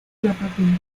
jeopardy